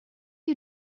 you